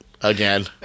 again